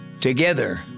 Together